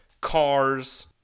cars